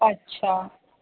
अच्छा